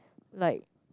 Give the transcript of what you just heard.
like